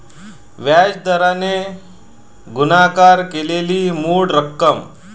व्याज दराने गुणाकार केलेली मूळ रक्कम